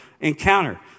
encounter